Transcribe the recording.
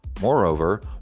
Moreover